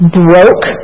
broke